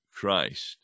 Christ